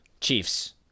Chiefs